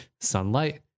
sunlight